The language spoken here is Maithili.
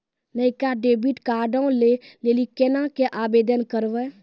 नयका डेबिट कार्डो लै लेली केना के आवेदन करबै?